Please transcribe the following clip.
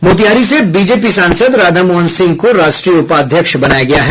मोतिहारी से बीजेपी सांसद राधामोहन सिंह को राष्ट्रीय उपाध्यक्ष बनाया गया है